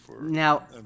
Now